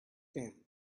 them